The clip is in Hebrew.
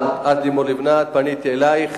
את לימור לבנת, פניתי אלייך